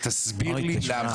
תסביר לי למה.